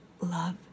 Love